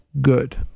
good